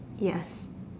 yes